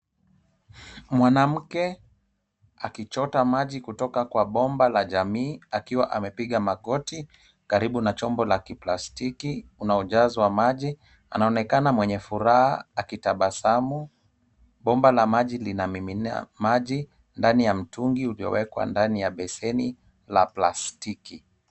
Mwanamke akichota maji kutoka kwa bomba la jamii akiwa amepiga magoti karibu na chombo la kiplastiki unaojazwa maji. Anaonekana mwenye furaha akitabasamu, bomba la maji linamimina maji ndani ya mtungi uliowekwa ndani ya beseni la plastiki.